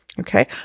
Okay